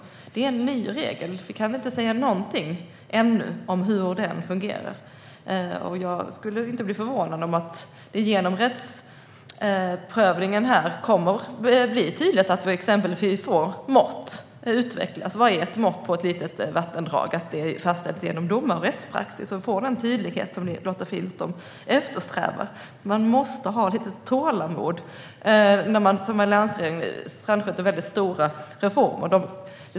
Det är en ny regel. Vi kan ännu inte säga någonting om hur den fungerar. Jag skulle inte bli förvånad om det tydliggörs genom rättsprövningen, exempelvis genom att det utvecklas mått på vad som är ett litet vattendrag och att det fastställs genom domar och rättspraxis, så att vi får den tydlighet som Lotta Finstorp eftersträvar. Man måste ha lite tålamod när man sjösätter väldigt stora reformer, som alliansregeringen gjorde.